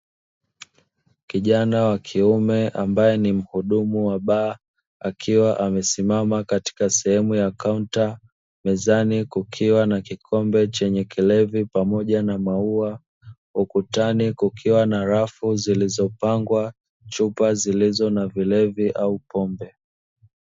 Kijana wa kiume ambaye ni mhudumu wa baa akiwa amesimama katika eneo la kaunta, mezani kukiwa na kikombe chenye kilevi pamoja na maua ukutani kukiwa na rafu zilizopangwa chupa zilizo na kilevi au pombe.